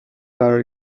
قرار